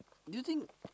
do you think